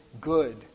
good